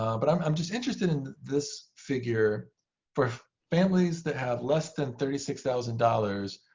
um but i'm um just interested in this figure for families that have less than thirty six thousand dollars,